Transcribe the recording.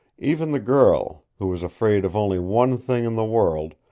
even the girl, who was afraid of only one thing in the world,